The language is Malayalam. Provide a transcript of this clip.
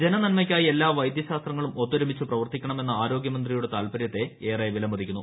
ജന നന്മയ്ക്കായി എല്ലാ വൈദ്യശാസ്ത്രങ്ങളും ഒത്തൊരുമിച്ചു പ്രവർത്തിക്കണമെന്ന ആരോഗ്യമന്ത്രിയുടെ താൽപ്പര്യത്തെ ഏറെ വിലമതിക്കുന്നു